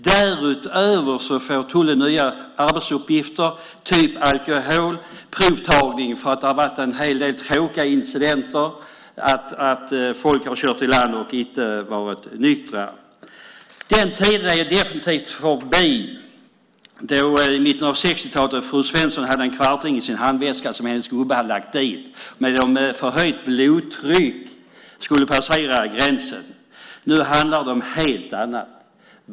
Därutöver får tullen nya arbetsuppgifter såsom alkoholprovtagning eftersom det varit en hel del tråkiga incidenter där folk kört i land och inte varit nyktra. Den tiden är definitivt förbi då fru Svensson, i mitten av 60-talet, hade en kvarting i sin handväska, ditlagd av hennes gubbe, och med förhöjt blodtryck skulle passera gränsen. Nu handlar det om något helt annat.